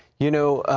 you know,